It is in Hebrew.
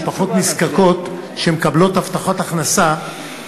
משפחות נזקקות שמקבלות הבטחת הכנסה,